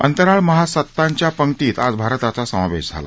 अंतराळ महासत्तांच्या पंक्तीत आज भारताचा समावेश झाला